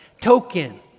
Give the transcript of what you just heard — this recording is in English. Token